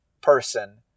person